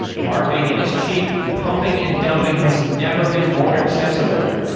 marketing it is cheap. pumping and dumping has never been more accessible.